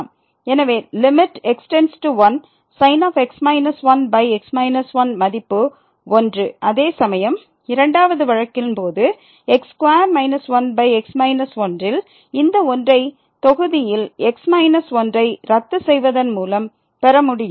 எனவே sin x 1 ⁡ மதிப்பு 1 அதேசமயம் இரண்டாவது வழக்கில் போது x2 1x 1 ல் இந்த 1 ஐ தொகுதியில்x 1 ஐ ரத்து செய்வதன் மூலம் பெற முடியும்